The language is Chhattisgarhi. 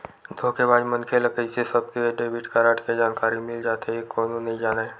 धोखेबाज मनखे ल कइसे सबके डेबिट कारड के जानकारी मिल जाथे ए कोनो नइ जानय